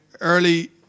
early